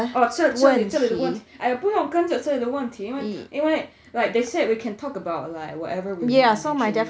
oh 这个问这里的问题 !aiya! 不用跟着这个问题因为 like they said we can talk about like whatever we want to